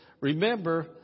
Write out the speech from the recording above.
Remember